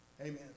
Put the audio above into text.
Amen